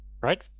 right